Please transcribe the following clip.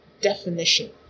definition